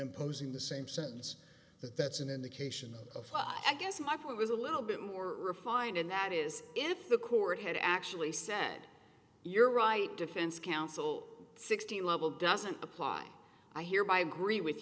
imposing the same sentence that that's an indication of i guess my point was a little bit more refined and that is if the court had actually said you're right defense counsel sixteen level doesn't apply i hereby agree with